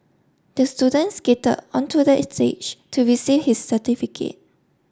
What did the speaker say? the students skated onto the stage to receive his certificate